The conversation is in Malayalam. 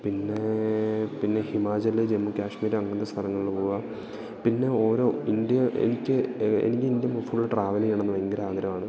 പിന്നേ പിന്നെ ഹിമാചല് ജമ്മു കാശ്മീര് അങ്ങനത്തെ സ്ഥലങ്ങളിൽ പോകാൻ പിന്നെ ഓരോ ഇന്ത്യ എനിക്ക് എനിക്ക് ഇന്ത്യ ഫുള്ള് ട്രാവല് ചെയ്യണം എന്ന് ഭയങ്കര ആഗ്രഹമാണ്